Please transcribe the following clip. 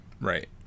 Right